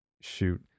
shoot